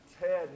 Ted